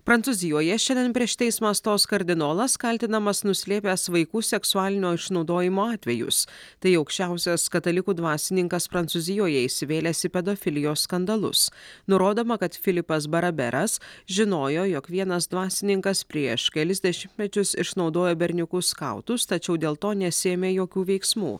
prancūzijoje šiandien prieš teismą stos kardinolas kaltinamas nuslėpęs vaikų seksualinio išnaudojimo atvejus tai aukščiausias katalikų dvasininkas prancūzijoje įsivėlęs į pedofilijos skandalus nurodoma kad filipas baraberas žinojo jog vienas dvasininkas prieš kelis dešimtmečius išnaudojo berniukus skautus tačiau dėl to nesiėmė jokių veiksmų